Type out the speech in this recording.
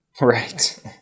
Right